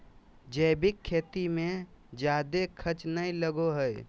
जैविक खेती मे जादे खर्च नय लगो हय